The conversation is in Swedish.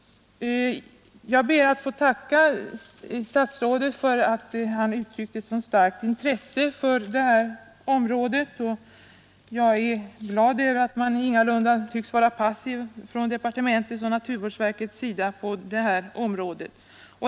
Jag ber att få tacka statsrådet för att han uttryckte ett så starkt intresse för det här området. Jag är glad över att man ingalunda tycks vara passiv från departementets eller naturvårdsverkets sida.